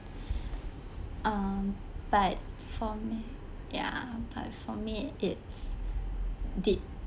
um but for me ya but for me it's deep